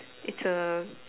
it's a